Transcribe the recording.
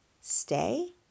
stay